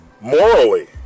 Morally